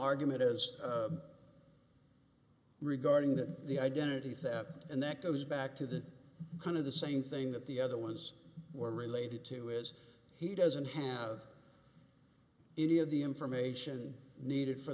argument is regarding that the identity theft and that goes back to the kind of the same thing that the other ones were related to is he doesn't have any of the information needed for